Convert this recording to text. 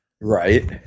Right